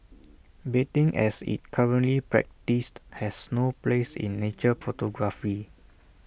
baiting as IT currently practised has no place in nature photography